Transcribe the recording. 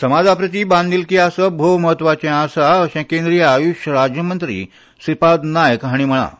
समाजाप्रती बांदिलकी आसप भौम्हत्वाचें आसा अशें केंद्रीय आय्ष राज्यमंत्री श्रीपाद नायक हाणी म्हळटा